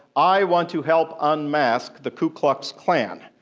i want to help unmask the ku klux klan,